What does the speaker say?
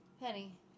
Penny